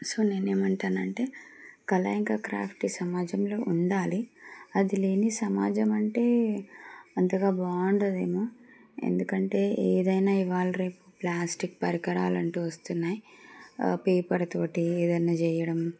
so నేను ఏమంటాను అంటే కళ ఇంకా క్రాఫ్ట్ ఈ సమాజంలో ఉండాలి అది లేని సమాజం అంటే అంతగా బాగుండదేమో ఎందుకంటే ఏదైనా ఇవాళ రేపు ప్లాస్టిక్ పరికరాలు అంటూ వస్తున్నాయి పేపర్తోటి ఏదైనా చేయడం